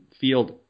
field